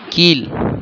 கீழ்